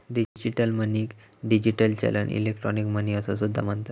digital मनीक digital चलन, electronic money असो सुद्धा म्हणतत